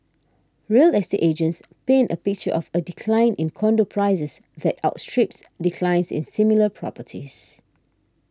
real estate agents paint a picture of a decline in condo prices that outstrips declines in similar properties